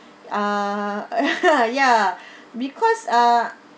uh ya because uh